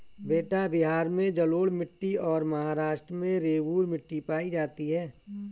बेटा बिहार में जलोढ़ मिट्टी और महाराष्ट्र में रेगूर मिट्टी पाई जाती है